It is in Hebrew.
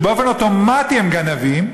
שבאופן אוטומטי הם גנבים,